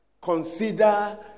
Consider